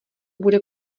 bude